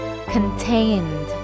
Contained